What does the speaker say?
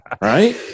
right